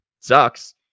sucks